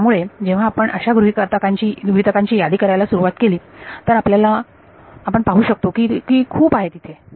तर त्यामुळे जेव्हा आपण अशा गृहीतकांची यादी करायला सुरुवात केली तर आपल्याला तर आपण पाहू शकतो किती खूप आहेत इथे